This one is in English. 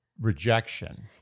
rejection